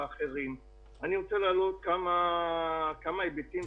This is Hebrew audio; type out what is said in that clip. לנו יש בעיה עם ההחלטות,